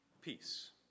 peace